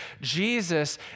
Jesus